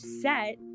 set